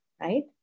Right